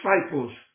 disciples